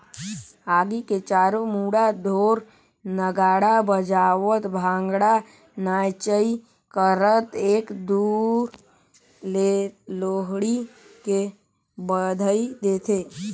आगी के चारों मुड़ा ढोर नगाड़ा बजावत भांगडा नाचई करत एक दूसर ले लोहड़ी के बधई देथे